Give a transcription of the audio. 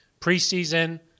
Preseason